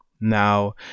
Now